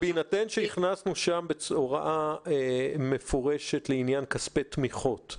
בהינתן שהכנסנו שם הוראה מפורשת לעניין כספי תמיכות,